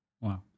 Wow